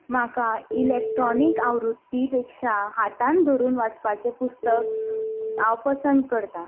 म्हाका इलेक्ट्रोनीक आवृत्ती पेक्षा हातांत धरून वाचपाचें पुस्तक हांव पसंद करता